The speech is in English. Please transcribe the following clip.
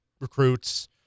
recruits